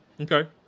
Okay